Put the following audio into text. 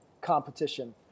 competition